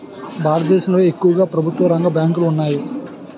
భారతదేశంలో ఎక్కువుగా ప్రభుత్వరంగ బ్యాంకులు ఉన్నాయి